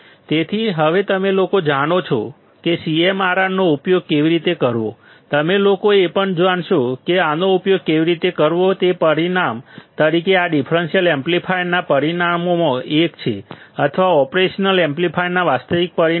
તેથી હવે તમે લોકો જાણો છો કે CMRR નો ઉપયોગ કેવી રીતે કરવો તમે લોકો એ પણ જાણશો કે આનો ઉપયોગ કેવી રીતે કરવો તે પરિમાણ તરીકે આ ડિફરન્સીયલ એમ્પ્લીફાયરના પરિમાણોમાંથી એક છે અથવા ઓપરેશનલ એમ્પ્લીફાયરના વાસ્તવિક પરિમાણ છે